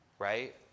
Right